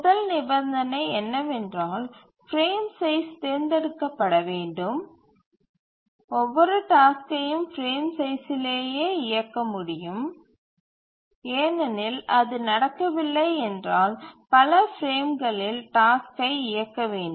முதல் நிபந்தனை என்னவென்றால் பிரேம் சைஸ் தேர்ந்தெடுக்க பட வேண்டும் ஒவ்வொரு டாஸ்க்கையும் பிரேம் சைஸ்சிலேயே இயக்க முடியும் ஏனெனில் அது நடக்கவில்லை என்றால் பல பிரேம்களில் டாஸ்க்கை இயக்க வேண்டும்